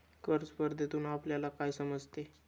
कर स्पर्धेतून आपल्याला काय समजते?